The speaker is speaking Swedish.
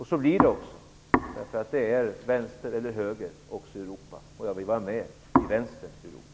Så blir det också, därför att det är vänster eller höger också i Europa. Jag vill vara med i Vänsterns Europa.